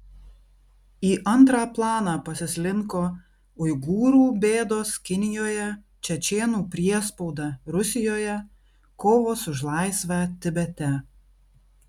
į antrą planą pasislinko uigūrų bėdos kinijoje čečėnų priespauda rusijoje kovos už laisvę tibete